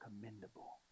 commendable